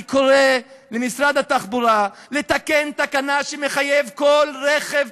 אני קורא למשרד התחבורה לתקן תקנה שתחייב כל רכב,